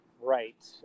Right